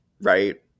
right